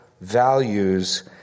values